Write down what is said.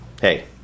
hey